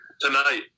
Tonight